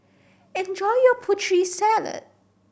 enjoy your Putri Salad